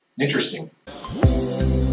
Interesting